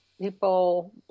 People